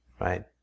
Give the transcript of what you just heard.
Right